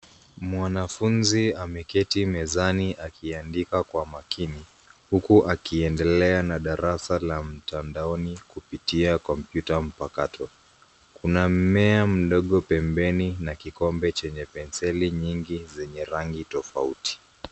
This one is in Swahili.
Mwanafunzi ameketi mezani akiandika kwa makini huku akiendelea na darasa la mtandaoni kupitia kompyuta mpakato. Kuna mmea mdogo pembeni na kikombe chenye penseli nyingi zenye rangi tofauti.